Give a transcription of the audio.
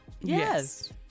Yes